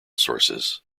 sources